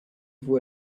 vous